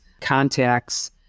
contacts